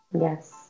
Yes